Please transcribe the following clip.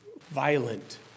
violent